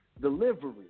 delivery